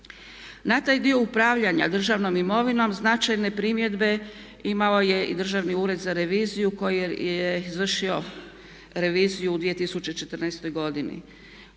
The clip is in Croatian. Na taj dio upravljanja državnom imovinom značajne primjedbe imo je i državni ured za reviziju koji je izvršio reviziju u 2014. godini.